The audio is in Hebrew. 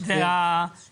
ממשלה לשנים 2021